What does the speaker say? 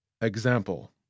Example